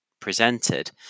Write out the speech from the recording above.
presented